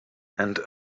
and